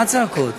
מה הצעקות?